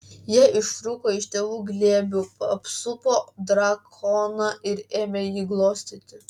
jie ištrūko iš tėvų glėbių apsupo drakoną ir ėmė jį glostyti